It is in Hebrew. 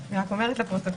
רק לפרוטוקול.